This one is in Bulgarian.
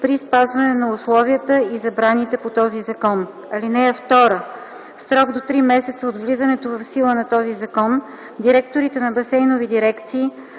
при спазване на условията и забраните по този закон. (2) В срок до 3 месеца от влизането в сила на този закон, директорите на басейнови дирекции